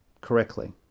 correctly